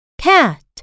cat